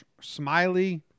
Smiley